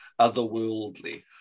otherworldly